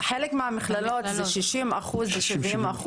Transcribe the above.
חלק מהמכללות זה 60%-70%,